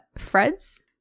fred's